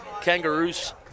Kangaroos